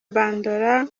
bandora